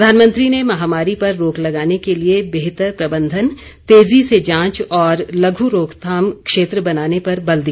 प्रधानमंत्री ने महामारी पर रोक लगाने के लिए बेहतर प्रबंधन तेजी से जांच और लघु रोकथाम क्षेत्र बनाने पर बल दिया